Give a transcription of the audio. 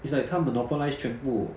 it's like 它 monopolized 全部